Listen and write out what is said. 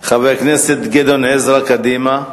חבר הכנסת גדעון עזרא מקדימה,